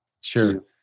sure